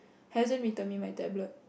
hasn't return me my tablet